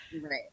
Right